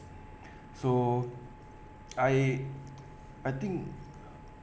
so I I think